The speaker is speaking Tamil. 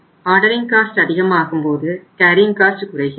ஆர்டரிங் காஸ்ட் குறைகிறது